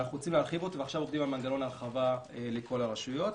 אנחנו רוצים להרחיב אותו ועכשיו עובדים על מנגנון הרחבה לכל הרשויות.